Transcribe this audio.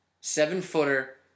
Seven-footer